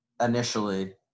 initially